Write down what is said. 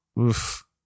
oof